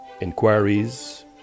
inquiries